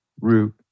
Root